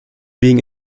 being